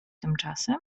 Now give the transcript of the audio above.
tymczasem